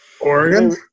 Oregon